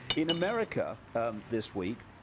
in america this week,